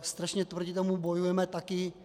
Strašně proti tomu bojujeme taky.